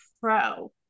pro